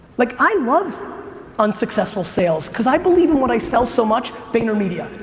like i love unsuccessful sales, cause i believe in what i sell so much. vaynermedia.